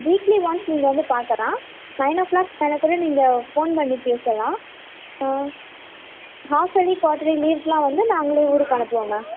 weekly once நீங்கள் வந்து பார்க்கலாம் நைன் ஓ கிளாக் மேலேக்கூட நீங்கள் ஃபோன் பண்ணி பேசலாம் ஹாஃபேலி குவாட்டர்லி லீவுக்கலாம் வந்து நாங்ளே ஊருக்கு அனுப்புவோம் மேம்